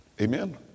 Amen